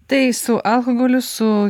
tai su alkoholiu su